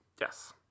Yes